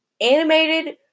animated